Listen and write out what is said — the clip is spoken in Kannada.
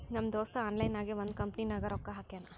ನಮ್ ದೋಸ್ತ ಆನ್ಲೈನ್ ನಾಗೆ ಒಂದ್ ಕಂಪನಿನಾಗ್ ರೊಕ್ಕಾ ಹಾಕ್ಯಾನ್